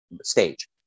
stage